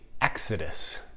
Exodus